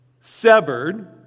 severed